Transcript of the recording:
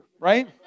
right